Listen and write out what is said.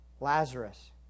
Lazarus